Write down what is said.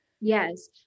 yes